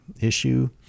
issue